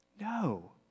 No